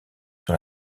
sur